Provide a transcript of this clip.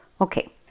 Okay